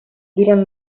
durant